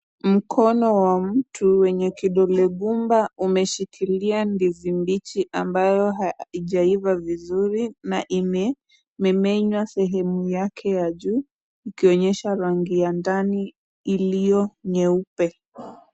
Mkono wa mtu wenye kidole gumba umeshikilia ndizi mbichi ambayo haijaiva vizuri na imemenywa sehemu yake ya juu ikionyesha rangi ya ndani iliyo nyeupe.